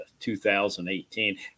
2018